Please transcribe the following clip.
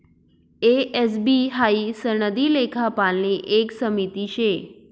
ए, S, B हाई सनदी लेखापालनी एक समिती शे